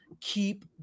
keep